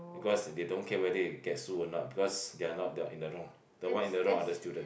because they don't care whether it get sue or not because they're not they are in the wrong the one in the wrong are the student